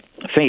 face